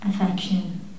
affection